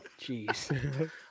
Jeez